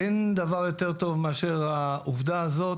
אין דבר יותר טוב מאשר העובדה הזאת,